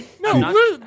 No